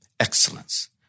excellence